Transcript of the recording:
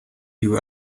you